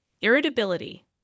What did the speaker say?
irritability